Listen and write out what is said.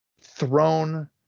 thrown